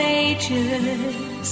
ages